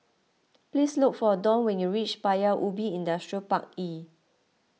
please look for Dawn when you reach Paya Ubi Industrial Park E